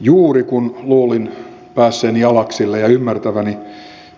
juuri kun luulin päässeeni jalaksille ja ymmärtäväni